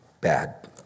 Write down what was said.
bad